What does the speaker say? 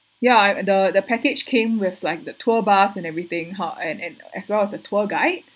ya the the package came with like the tour bus and everything ha and and as well as a tour guide